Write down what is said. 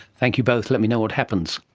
thank you both, let me know what happens.